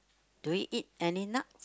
do you eat any nut